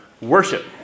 Worship